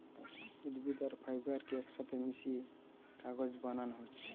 উদ্ভিদ আর ফাইবার কে একসাথে মিশিয়ে কাগজ বানানা হচ্ছে